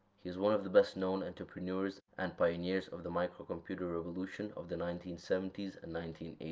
he is one of the best-known entrepreneurs and pioneers of the microcomputer revolution of the nineteen seventy s and nineteen eighty